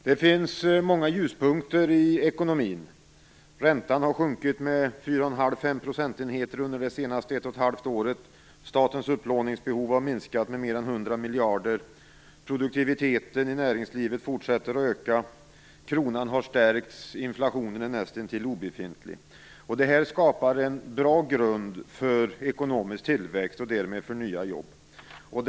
Det finns många ljuspunkter i ekonomin. Räntan har sjunkit med 41⁄2-5 procentenheter under ett och ett halvt år den senaste tiden, statens upplåningsbehov har minskat med mer än 100 miljarder, produktiviteten i näringslivet fortsätter öka, kronan har stärkts och inflationen är nästintill obefintlig. Detta skapar en bra grund för ekonomisk tillväxt och därmed för nya jobb.